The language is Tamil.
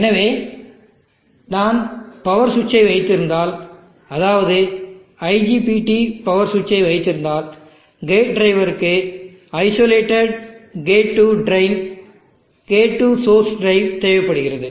எனவே நான் பவர் சுவிட்சை வைத்திருந்தால் அதாவது IGBT பவர் சுவிட்சை வைத்திருந்தால்கேட் டிரைவருக்கு isolated gate to drain gate to source drive தேவைப்படுகிறது